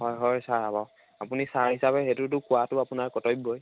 হয় হয় ছাৰ বাৰু আপুনি ছাৰ হিচাপে সেইটোতো কোৱাটো আপোনাৰ কৰ্তব্যই